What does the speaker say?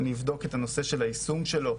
אני אישית אבדוק את הנושא של היישום שלו,